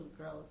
growth